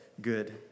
good